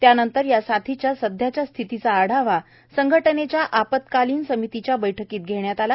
त्यानंतर या साथीच्या सध्याच्या स्थितीचा आढावा संघटनेच्या आपत्कालीन समितीच्या बैठकीत घेण्यात आला